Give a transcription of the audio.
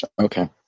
Okay